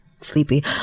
sleepy